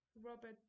Robert